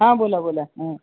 हां बोला बोला हां